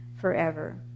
forever